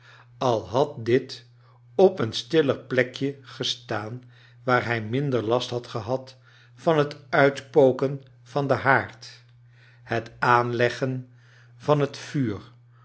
al had dit op een stiller plekje gestaan waar hij minder last had gehad van het uitpoken van den haard het aanleggen van het vuur